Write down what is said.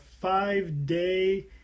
five-day